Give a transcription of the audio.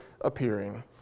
appearing